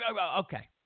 Okay